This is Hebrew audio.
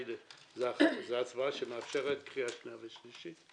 זו הצבעה שמאפשרת קריאה שנייה ושלישית.